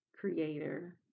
creator